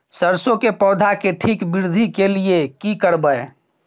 सरसो के पौधा के ठीक वृद्धि के लिये की करबै?